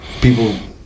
people